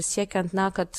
siekiant na kad